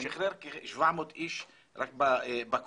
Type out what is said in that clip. שחרר כ-700 איש רק בקורונה,